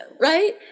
Right